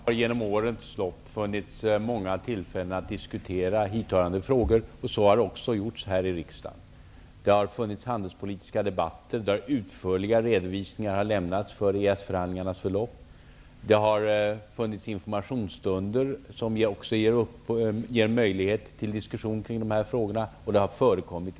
Fru talman! Under årens lopp har det funnits många tillfällen att diskutera hithörande frågor, och så har också gjorts här i riksdagen. Det har förekommit handelspolitiska debatter, där utförliga redovisningar har lämnats för EES förhandlingarnas förlopp. Informationsstunder har getts. Det har gett möjlighet till diskussion kring de här frågorna, och diskussion har förekommit.